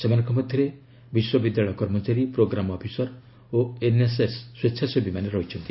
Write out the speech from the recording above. ସେମାନଙ୍କ ମଧ୍ୟରେ ବିଶ୍ୱବିଦ୍ୟାଳୟ କର୍ମଚାରୀ ପ୍ରୋଗ୍ରାମ ଅଫିସର ଓ ଏନ୍ଏସ୍ଏସ୍ ସ୍ୱେଚ୍ଛାସେବୀମାନେ ରହିଛନ୍ତି